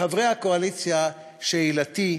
חברי הקואליציה, שאלתי: